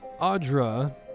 Audra